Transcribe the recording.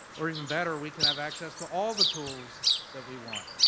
or even better, we can have access to all the tools that we want.